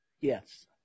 Yes